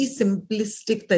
simplistic